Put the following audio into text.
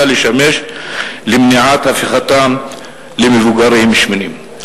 לשמש למניעת הפיכתם למבוגרים שמנים.